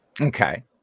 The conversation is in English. Okay